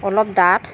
অলপ ডাঠ